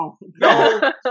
No